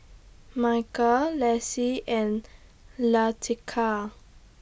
Michael Lacey and Leticia